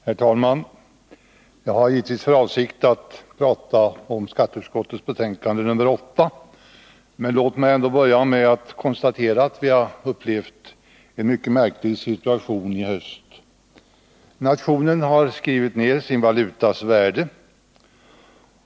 Herr talman! Jag har givetvis för avsikt att tala om skatteutskottets betänkande 8, men låt mig börja med att konstatera att vi i höst har upplevt en mycket märklig situation. Nationen har skrivit ned sin valutas värde.